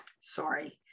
Sorry